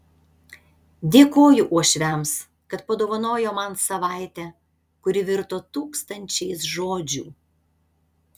dėkoju uošviams kad padovanojo man savaitę kuri virto tūkstančiais žodžių